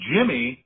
Jimmy